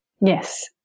Yes